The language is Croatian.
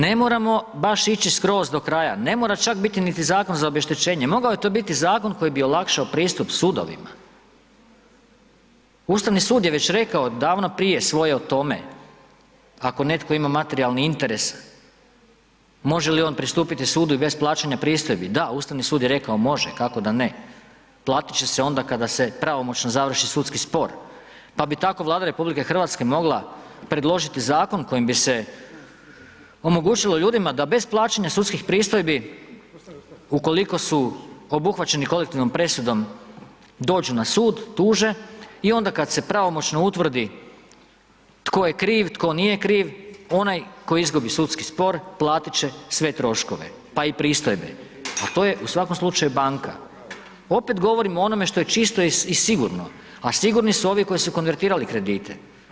Ne moramo baš ići skroz do kraja, ne mora čak biti niti zakon za obeštećenje, mogao je to biti zakon koji bi olakšao pristup sudovima, Ustavni sud je već rekao davno prije svoje o tome, ako netko ima materijalni interes, može li on pristupiti Sudu i bez plaćanja pristojbi?, da, Ustavni sud je rekao može, kako da ne, platit će se onda kada se pravomoćno završi sudski spor, pa bi tako Vlada Republike Hrvatske mogla predložiti zakon kojim bi se omogućilo ljudima da bez plaćanja sudskih pristojbi, ukoliko su obuhvaćeni kolektivnom presudom dođu na Sud, tuže, i onda kad se pravomoćno utvrdi tko je kriv, tko nije kriv, onaj koji izgubi sudski spor, platit će sve troškove, pa i pristojbe, al' to je u svakom slučaju banka, opet govorim o onome što je čisto i sigurno, a sigurni su ovi koji su konvertirali kredite.